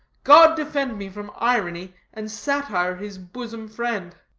god defend me from irony, and satire, his bosom friend.